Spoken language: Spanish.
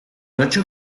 ocho